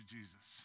Jesus